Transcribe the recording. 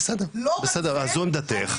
בסדר, אז זו עמדתך.